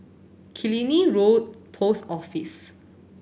Killiney Road Post Office